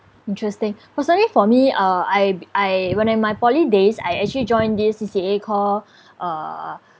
interesting personally for me uh I I when I'm in my poly days I actually join this C_C_A call uh